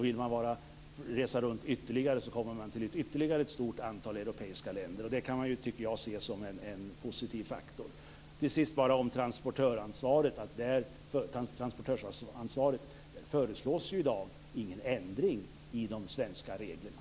Vill man resa runt ytterligare, kommer man till ytterligare ett stort antal europeiska länder. Det kan man, tycker jag, se som en positiv faktor. Till sist bara något om transportöransvaret. Där föreslås ju i dag ingen ändring i de svenska reglerna.